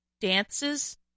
dances